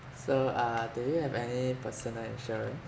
so uh do you have any personal insurance